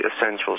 essentials